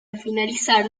finalizar